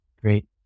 Great